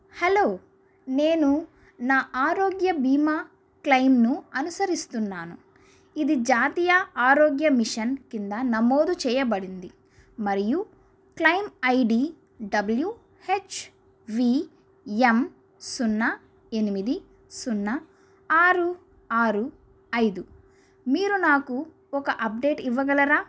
hello నేను నా ఆరోగ్య బీమా క్లెయిమ్ను అనుసరిస్తున్నాను ఇది జాతీయ ఆరోగ్య మిషన్ కింద నమోదు చేయబడింది మరియు claim I D W H V M సున్నా ఎనిమిది సున్నా ఆరు ఆరు ఐదు మీరు నాకు ఒక అప్డేట్ ఇవ్వగలరా